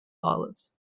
olives